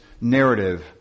narrative